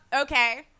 Okay